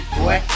boy